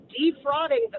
defrauding